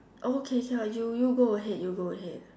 okay sure you go ahead you go ahead